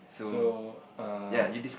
so err